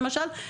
למשל,